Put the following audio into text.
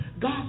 God